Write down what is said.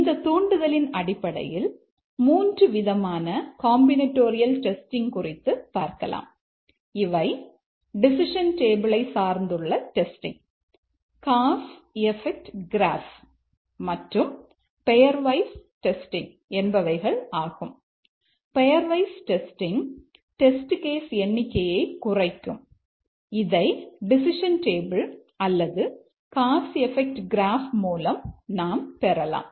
இந்த தூண்டுதலின் அடிப்படையில் 3 விதமான காம்பினட்டோரியல் டெஸ்டிங் மூலம் நாம் பெறலாம்